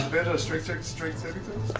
strength checks, strength saving